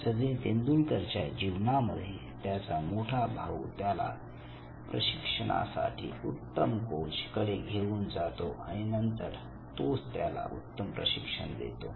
सचिन तेंडुलकरच्या जीवनामध्ये त्याचा मोठा भाऊ त्याला प्रशिक्षणासाठी उत्तम कोच कडे घेऊन जातो आणि नंतर तोच त्याला उत्तम प्रशिक्षण देतो